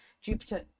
jupiter